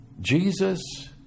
Jesus